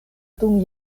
dum